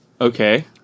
Okay